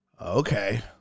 Okay